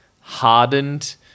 hardened